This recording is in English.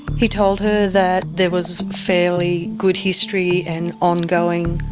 he told her that there was fairly good history and ongoing